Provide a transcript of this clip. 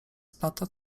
splata